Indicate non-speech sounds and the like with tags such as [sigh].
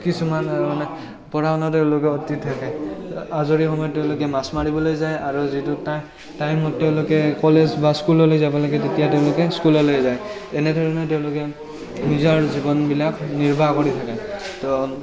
কিছুমান পঢ়া শুনা তেওঁলোকে [unintelligible] আজৰি সময়ত তেওঁলোকে মাছ মাৰিবলৈ যায় আৰু যিটো টাইম টাইমত তেওঁলোকে কলেজ বা স্কুললৈ যাব লাগে তেতিয়া তেওঁলোকে স্কুললৈ যায় এনেধৰণে তেওঁলোকে নিজৰ জীৱনবিলাক নিৰ্বাহ কৰি থাকে ত